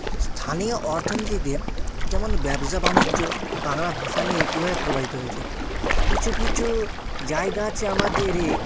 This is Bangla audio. স্থানীয় অর্থনীতিতে যেমন ব্যবসা বাণিজ্য বাংলা ভাষা নিয়ে কীভাবে প্রবাহিত হয়েছে কিছু কিছু জায়গা আছে আমাদের এই